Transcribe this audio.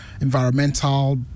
environmental